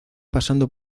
pasando